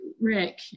Rick